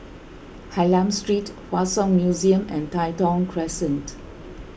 Hylam Street Hua Song Museum and Tai Thong Crescent